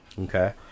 okay